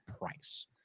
price